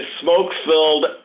smoke-filled